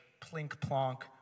plink-plonk